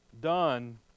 done